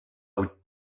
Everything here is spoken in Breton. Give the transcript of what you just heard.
out